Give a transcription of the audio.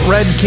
Red